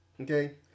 Okay